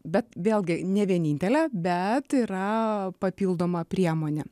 bet vėlgi ne vienintelė bet yra papildoma priemonė